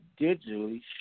digitally